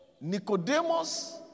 Nicodemus